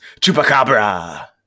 Chupacabra